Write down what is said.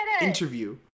interview